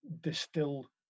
distill